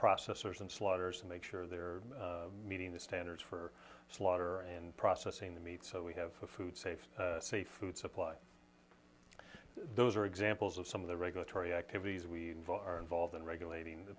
processors and slaughters and make sure they're meeting the standards for slaughter and processing the meat so we have a food safety safe food supply those are examples of some of the regulatory activities we are involved in regulating the